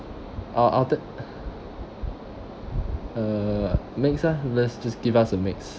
uh I wanted uh mix ah just just give us a mix